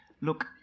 Look